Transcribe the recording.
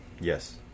Yes